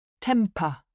Temper